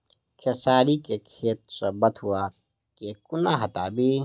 खेसारी केँ खेत सऽ बथुआ केँ कोना हटाबी